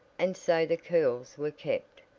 and, so the curls were kept.